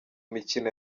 mikino